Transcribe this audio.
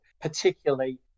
particularly